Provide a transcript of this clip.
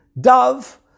dove